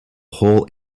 whole